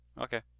Okay